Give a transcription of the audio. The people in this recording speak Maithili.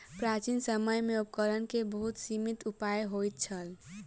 प्राचीन समय में उपकरण के बहुत सीमित उपाय होइत छल